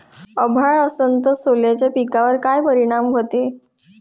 अभाळ असन तं सोल्याच्या पिकावर काय परिनाम व्हते?